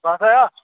بَسا یا